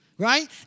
Right